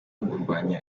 kugwanya